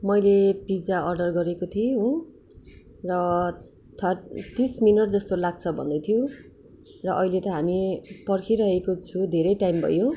मैले pizza order गरेको थिएँ हो र थट तिस मिनट जस्तो लाग्छ भन्दै थियो र अहिले त हामी पर्खिरहेको छु धेरै टाइम भयो